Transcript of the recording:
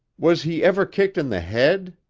was he ever kicked in the head?